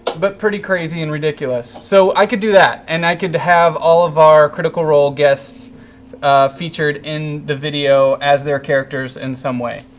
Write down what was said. but pretty crazy and ridiculous. so i could do that, and i could have all of our critical role guests featured in the video as their characters in some way.